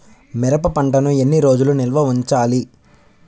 మిరప పంటను ఎన్ని రోజులు నిల్వ ఉంచాలి?